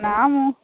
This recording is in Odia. ନା ମୁଁ